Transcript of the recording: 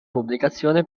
pubblicazione